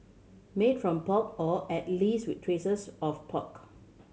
made from pork or at least with traces of pork